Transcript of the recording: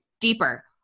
Deeper